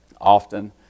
often